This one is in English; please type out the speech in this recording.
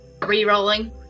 Rerolling